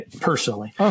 personally